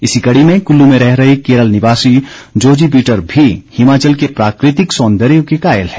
इसी कड़ी में कुल्लू में रह रहे केरल निवासी जोजी पीटर भी हिमाचल के प्राकृतिक सौंदर्य के कायल हैं